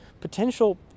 potential